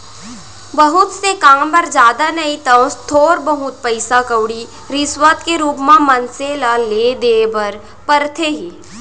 बहुत से काम बर जादा नइ तव थोर बहुत पइसा कउड़ी रिस्वत के रुप म मनसे ल देय बर परथे ही